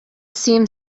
seemed